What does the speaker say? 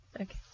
Okay